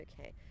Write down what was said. okay